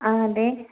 ആ അതെ